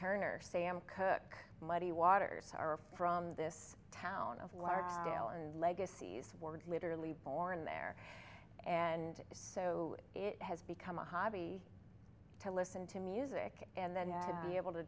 turner sam cooke muddy waters are from this town of large scale and legacies were literally born there and so it has become a hobby to listen to music and then be able to